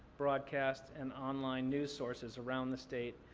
broadcasts, and online news sources around the state,